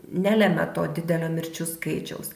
nelemia to didelio mirčių skaičiaus